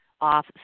off